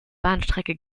bahnstrecke